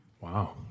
Wow